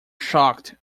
shocked